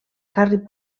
harry